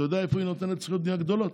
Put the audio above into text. אתה יודע איפה היא נותנת זכויות בנייה גדולות?